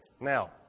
Now